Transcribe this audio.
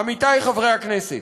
עמיתי חברי הכנסת,